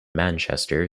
manchester